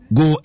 go